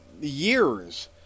years